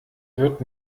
wird